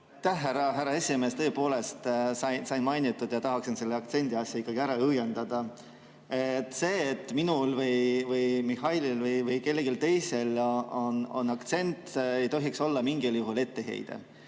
härra esimees! Tõepoolest, sai mainitud ja tahaksin selle aktsendi asja ikkagi ära õiendada. See, et minul või Mihhailil või kellelgi teisel on aktsent, ei tohiks olla mingil juhul etteheide.